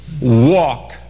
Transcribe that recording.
walk